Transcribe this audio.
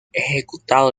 ejecutado